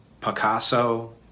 Picasso